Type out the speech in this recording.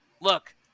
look